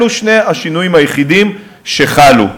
אלו שני השינויים היחידים שחלו.